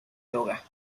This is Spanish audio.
yoga